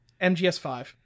MGS5